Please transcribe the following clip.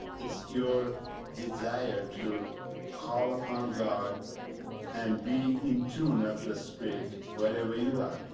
it's your desire to call upon god and be in tune of the spirit wherever you are.